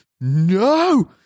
no